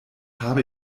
habe